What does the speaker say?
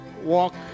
Walk